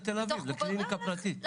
הוא הולך לתל אביב לקליניקה פרטית.